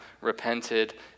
repented